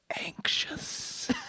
anxious